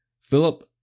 Philip